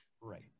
Right